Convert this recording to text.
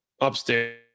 upstairs